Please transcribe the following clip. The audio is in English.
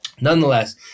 nonetheless